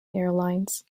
airlines